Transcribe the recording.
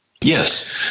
Yes